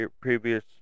previous